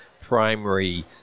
primary